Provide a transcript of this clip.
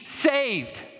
saved